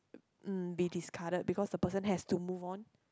um be discarded because the person has to move on